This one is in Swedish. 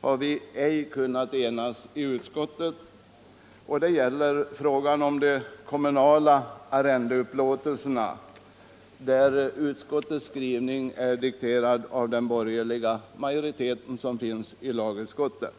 har vi inte kunnat enas, och det är i frågan om de kommunala arrendeupplåtelserna, där utskottets skrivning dikterats av den borgerliga majoriteten i lagutskottet.